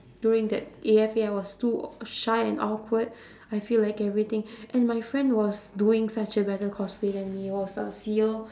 during that A_F_A I was too aw~ shy and awkward I feel like everything and my friend was doing such a better cosplay than me was uh